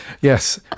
Yes